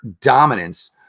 dominance